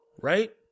right